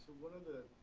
one of the